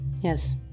yes